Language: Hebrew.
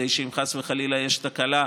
כדי שאם חס וחלילה תהיה תקלה,